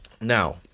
Now